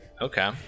Okay